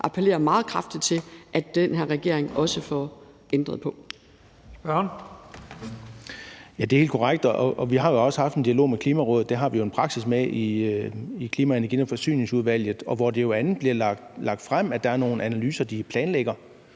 Spørgeren. Kl. 11:56 Søren Egge Rasmussen (EL): Ja, det er helt korrekt, og vi har også haft en dialog med Klimarådet – det har vi jo en praksis med i Klima-, Energi- og Forsyningsudvalget – hvor det bl.a. blev lagt frem, at der er nogle analyser, de planlægger.